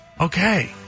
okay